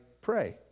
pray